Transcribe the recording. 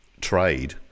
trade